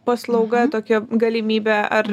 paslauga tokia galimybe ar